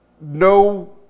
no